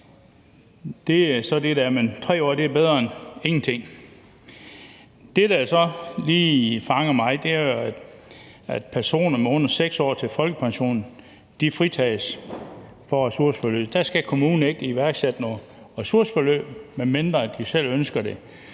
Det er så, hvad det er, men 3 år er bedre end ingenting. Det, der så lige fanger mig, er, at personer med under 6 år til folkepensionen fritages for ressourceforløb. Der skal kommunen ikke iværksætte noget ressourceforløb, medmindre de selv ønsker det.